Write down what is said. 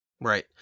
Right